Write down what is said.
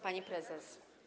Pani Prezes!